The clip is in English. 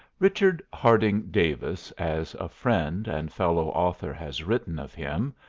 richard harding davis, as a friend and fellow author has written of him,